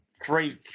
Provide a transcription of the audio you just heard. three